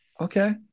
Okay